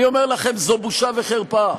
אני אומר לכם: בושה וחרפה.